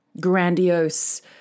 grandiose